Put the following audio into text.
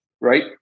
right